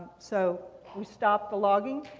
so we stopped the logging,